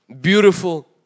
beautiful